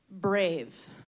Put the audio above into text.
Brave